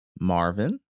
Marvin